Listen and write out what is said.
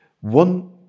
one